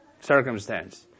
circumstance